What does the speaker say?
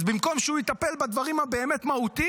אז במקום שהוא יטפל בדברים הבאמת-מהותיים,